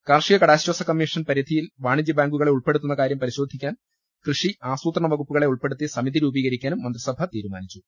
കാർഷിക കടാശ്വാസ കമ്മീഷൻ പരിധിയിൽ വാണിജ്യബാ ങ്കുകളെ ഉൾപ്പെടുത്തുന്ന കാര്യം പരിശോധിക്കാൻ കൃഷി ആസൂത്രണ വകുപ്പുകളെ ഉൾപ്പെടുത്തി സമിതി രൂപീ കരി ക്കാനും മന്ത്രിസഭ തീരുമാനിച്ചു